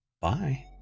Bye